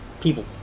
People